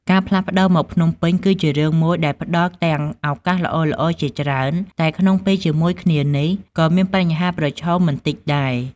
ការផ្លាស់ប្ដូរមកភ្នំពេញ គឺជារឿងមួយដែលផ្ដល់ទាំងឱកាសល្អៗជាច្រើន តែក្នុងពេលជាមួយគ្នានេះ ក៏មានបញ្ហាប្រឈមមិនតិចដែរ។